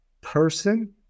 person